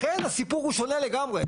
לכן הסיפור הוא שונה לגמרי.